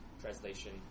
translation